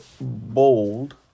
bold